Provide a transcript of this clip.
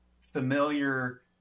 familiar